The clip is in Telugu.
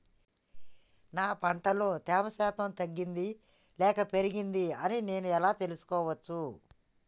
నా పంట లో తేమ శాతం తగ్గింది లేక పెరిగింది అని నేను ఎలా తెలుసుకోవచ్చు?